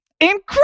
Incredible